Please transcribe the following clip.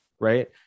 right